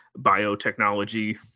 biotechnology